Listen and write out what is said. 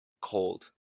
Cold